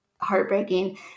heartbreaking